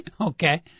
Okay